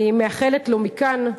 אני מאחלת לו מכאן,